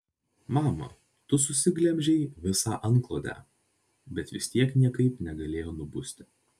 mama tu susiglemžei visą antklodę bet vis tiek niekaip negalėjo nubusti